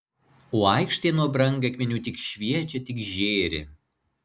o aikštė nuo brangakmenių tik šviečia tik žėri